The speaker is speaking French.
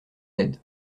l’aide